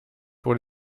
pour